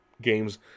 Games